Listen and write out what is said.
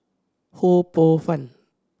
Ho Poh Fun